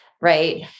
Right